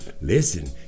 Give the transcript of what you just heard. Listen